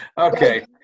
Okay